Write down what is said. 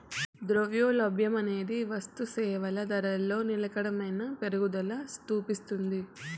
ద్రవ్యోల్బణమనేది వస్తుసేవల ధరలో నిలకడైన పెరుగుదల సూపిస్తాది